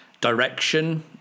direction